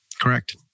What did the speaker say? Correct